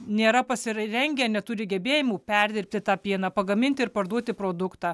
nėra pasirengę neturi gebėjimų perdirbti tą pieną pagaminti ir parduoti produktą